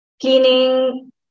cleaning